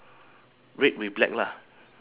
white shoes